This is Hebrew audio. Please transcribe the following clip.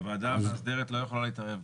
הוועדה המאסדרת לא יכולה לערב.